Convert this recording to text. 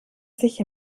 sich